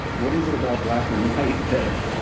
what is it about black and white that